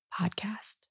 podcast